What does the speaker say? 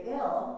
ill